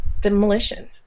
demolition